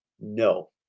No